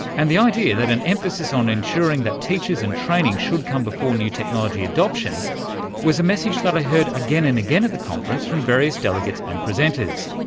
and the idea that an emphasis on ensuring that teachers and training should come before new technology adoption was a message that i heard again and again at the conference from various delegates and presenters.